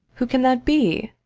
who can that be?